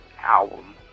album